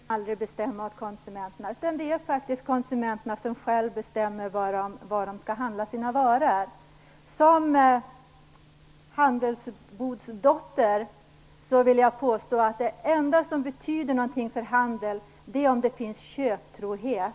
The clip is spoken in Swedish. Fru talman! Vi politiker kan egentligen aldrig bestämma åt konsumenterna. Det är faktiskt konsumenterna som själva bestämmer var de skall handla sina varor. Som handelsbodsdotter vill jag påstå att det enda som betyder något för handeln är om det finns köptrohet.